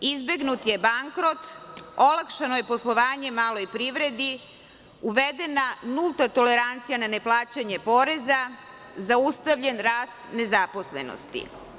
Izbegnut je bankrot, olakšano je poslovanje maloj privredi, uvedena je nulta tolerancija na neplaćanje poreza i zaustavljen je rast nezaposlenosti.